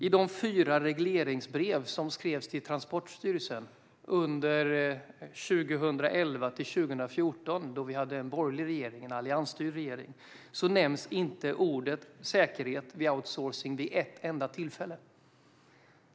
I de fyra regleringsbrev som skrevs till Transportstyrelsen under 2011-2014, då vi hade en borgerlig alliansregering, nämns inte ordet säkerhet vid outsourcing vid ett enda tillfälle.